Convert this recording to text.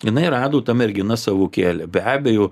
jinai rado ta mergina savo kelią be abejo